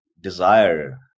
desire